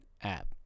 app